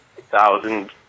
thousand